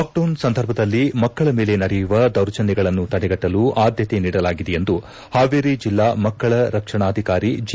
lockdown ಸಂದರ್ಭದಲ್ಲಿ ಮಕ್ಕಳ ಮೇಲೆ ನಡೆಯುವ ದೌರ್ಜನ್ಯಗಳನ್ನು ತಡೆಗಟ್ಟಲು ಆದ್ಯತೆ ನೀಡಲಾಗಿದೆ ಎಂದು ಹಾವೇರಿ ಜಿಲ್ಲಾ ಮಕ್ಕಳ ರಕ್ಷಣಾಧಿಕಾರಿ ಜಿ